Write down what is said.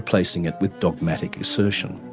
replacing it with dogmatic assertion.